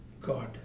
God